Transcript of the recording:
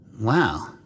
Wow